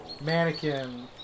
mannequin